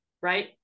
right